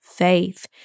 Faith